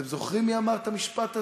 אתם זוכרים מי אמר את המשפט הזה?